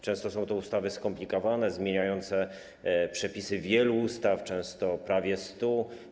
Często są to ustawy skomplikowane, zmieniające przepisy wielu ustaw, często prawie 100.